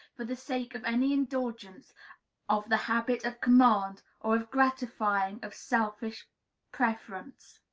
for the sake of any indulgence of the habit of command or of gratifying of selfish preference.